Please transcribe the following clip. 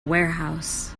warehouse